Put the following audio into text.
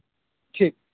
ठीक